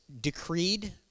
decreed